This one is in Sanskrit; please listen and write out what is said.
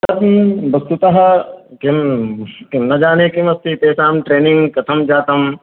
तर्हि वस्तुतः किं किं न जाने किमस्ति तेषां ट्रेनिङ्ग् कथं जातम्